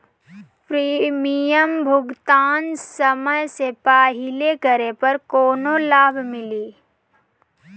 Premium भुगतान समय से पहिले करे पर कौनो लाभ मिली?